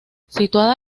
situada